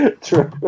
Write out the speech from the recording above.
True